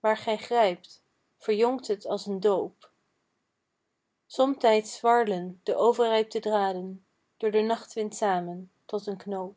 waar gij t grijpt verjongt het als een doop somtijds warlen de overrijpte draden door den nachtwind samen tot een knoop